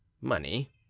money